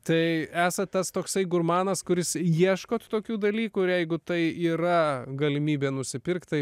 tai esat tas toksai gurmanas kuris ieškot tokių dalykų jeigu tai yra galimybė nusipirkt tai